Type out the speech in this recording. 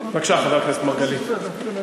בבקשה, חבר הכנסת מרגלית.